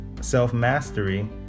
self-mastery